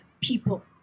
people